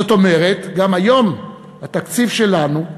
זאת אומרת, גם היום התקציב שלנו,